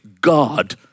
God